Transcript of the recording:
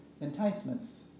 enticements